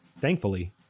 Thankfully